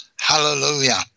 Hallelujah